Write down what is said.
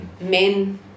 men